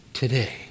Today